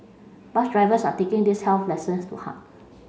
bus drivers are taking these health lessons to heart